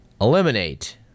eliminate